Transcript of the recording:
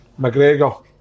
McGregor